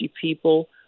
people